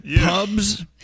pubs